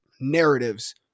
narratives